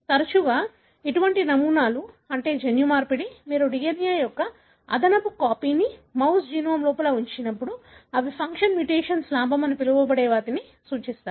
తరచుగా ఇటువంటి నమూనాలు అంటే జన్యుమార్పిడి మీరు DNA యొక్క అదనపు కాపీని మౌస్ జీనోమ్ లోపల ఉంచినప్పుడు అవి ఫంక్షన్ మ్యుటేషన్ లాభం అని పిలవబడే వాటిని సూచిస్తాయి